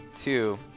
Two